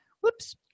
Whoops